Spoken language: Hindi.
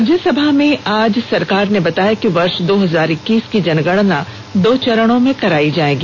राज्यसभा में आज सरकार ने बताया कि वर्ष दो हजार इक्कीस की जनगणना दो चरणों में कराई जायेगी